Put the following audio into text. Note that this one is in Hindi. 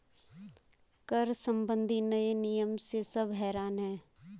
कर संबंधी नए नियम से सब हैरान हैं